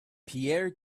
pierre